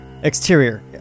Exterior